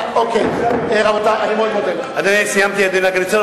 אני סיימתי, אדוני היושב-ראש.